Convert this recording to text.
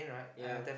ya